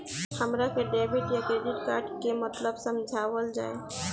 हमरा के डेबिट या क्रेडिट कार्ड के मतलब समझावल जाय?